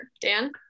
Dan